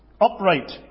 upright